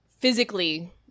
physically